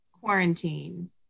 quarantine